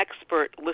expert